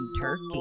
turkey